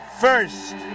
first